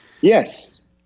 Yes